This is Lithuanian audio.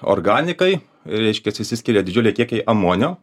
organikai reiškias išsiskiria didžiuliai kiekiai amonio